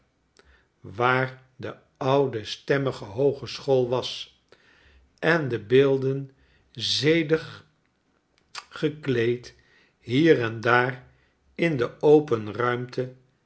waar deoude stemmige hoogeschool was en de beelden zedig gekleed hier en daar in de open ruimte